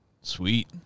Sweet